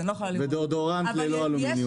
ודיאודורנט ללא אלומיניום.